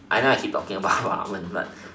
I know I keep talking about ramen but